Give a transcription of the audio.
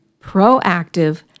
Proactive